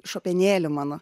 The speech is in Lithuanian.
šopenėlį mano